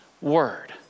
word